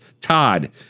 Todd